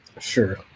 Sure